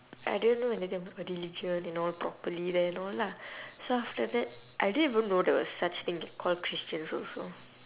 I didn't know they have a religion you know properly then know lah so after that I didn't even know there was such thing call christians also